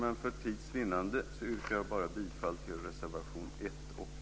Men för tids vinnande yrkar jag bifall bara till reservationerna 1 och 11.